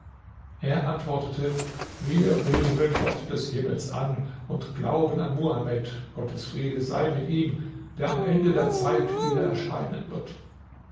er antwortete wir beten den gott des himmels an und glauben an muhamed gottes friede sei mit ihm der am ende der zeit wieder erscheinen wird